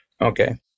Okay